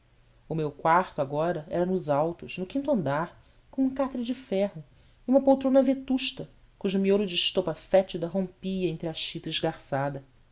o meu quarto agora era nos altos no quinto andar com um catre de ferro e uma poltrona vetusta cujo miolo de estopa fétida rompia entre a chita